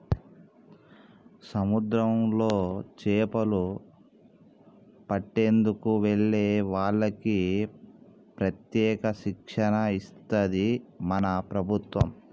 సముద్రాల్లో చేపలు పట్టేందుకు వెళ్లే వాళ్లకి ప్రత్యేక శిక్షణ ఇస్తది మన ప్రభుత్వం